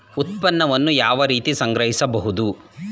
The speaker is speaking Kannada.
ಉತ್ಪನ್ನವನ್ನು ಯಾವ ರೀತಿ ಸಂಗ್ರಹಿಸಬಹುದು?